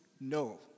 No